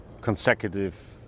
consecutive